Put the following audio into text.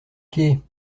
pieds